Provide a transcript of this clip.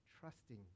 Trusting